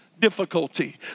Difficulty